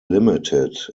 limited